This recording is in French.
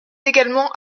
également